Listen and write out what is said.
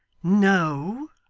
no,